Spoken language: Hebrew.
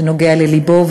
שנוגע ללבו,